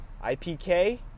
IPK